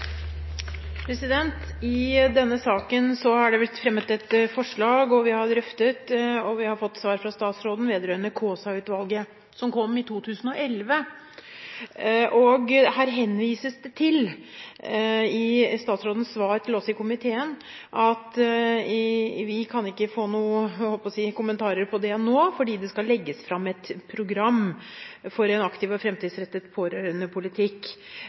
I denne saken har det blitt fremmet et forslag, vi har drøftet, og vi har fått svar fra statsråden vedrørende Kaasa-utvalgets utredning som kom i 2011. Det sies i statsrådens svar til oss i komiteen at vi ikke kan få noen kommentarer til det nå, fordi det skal legges fram et program for en aktiv og fremtidsrettet pårørendepolitikk – som ikke minst skal bidra til at pårørende